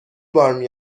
بار